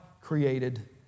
created